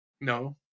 No